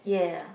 ya